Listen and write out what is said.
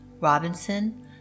Robinson